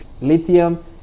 lithium